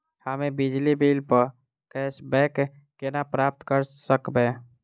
हम्मे बिजली बिल प कैशबैक केना प्राप्त करऽ सकबै?